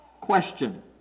Question